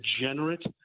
degenerate